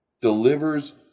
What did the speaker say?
Delivers